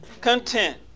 content